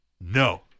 No